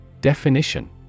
Definition